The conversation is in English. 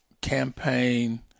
campaign